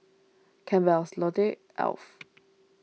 Campbell's Lotte Alf